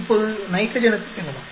இப்போது நைட்ரஜனுக்கு செல்லலாம்